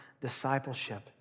discipleship